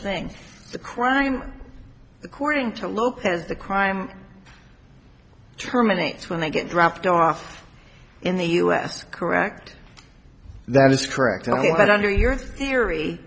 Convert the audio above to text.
thing the crime according to lopez the crime terminates when they get dropped off in the u s correct that is correct i want under your theory